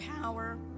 power